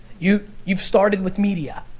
you've you've started with media.